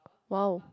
!wow!